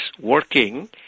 working